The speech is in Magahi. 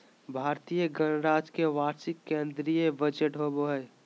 भारतीय गणराज्य के वार्षिक केंद्रीय बजट होबो हइ